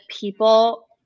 people